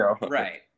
Right